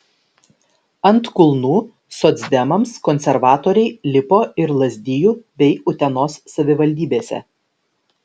ant kulnų socdemams konservatoriai lipo ir lazdijų bei utenos savivaldybėse